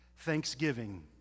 Thanksgiving